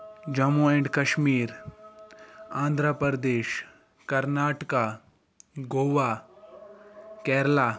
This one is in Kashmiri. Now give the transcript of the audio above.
جموں اینڈ کَشمیٖر اَندرا پردیش کَرناٹکا گووا کیرلا